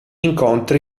incontri